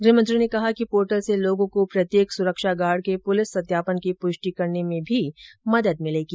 गृहमंत्री ने कहा कि पोर्टल से लोगों को प्रत्येक सुरक्षा गार्ड के पुलिस सत्यापन की पुष्टि करने में भी मदद मिलेगी